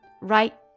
right